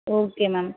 okay ma'am